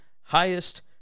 highest